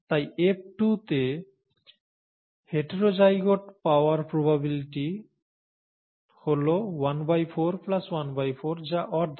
তাই F2 তে heterozygote পাওয়ার প্রবাবিলিটি হল ¼ ¼ যা অর্ধেক